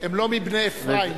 הם לא מבני אפרים,